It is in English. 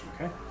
okay